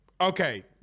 Okay